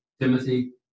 Timothy